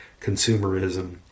consumerism